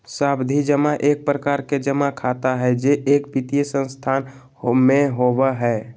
सावधि जमा एक प्रकार के जमा खाता हय जे एक वित्तीय संस्थान में होबय हय